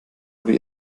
aber